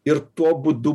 ir tuo būdu